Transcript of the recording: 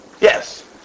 Yes